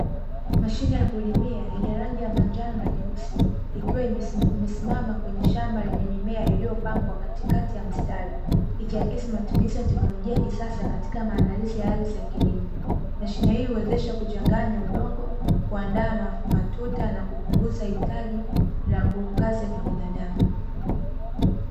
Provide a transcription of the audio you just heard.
Mashine ya kulimia yenye rangi ya manjano na nyeusi, ikiwa imesimama kwenye shamba lenye mimea iliyopangwa katikati ya mstari. Ikiakisi matumizi ya teknolojia ya kisasa katika maandalizi ya ardhi ya kilimo. Mashine hii huwezesha kuchanganya udongo, kuandaa matuta, na kupunguza hitaji la nguvu kazi ya kibinadamu.